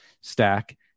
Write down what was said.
stack